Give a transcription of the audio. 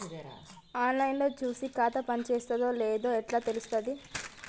On line లో చూసి ఖాతా పనిచేత్తందో చేత్తలేదో ఎట్లా తెలుత్తది?